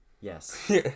Yes